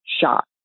shot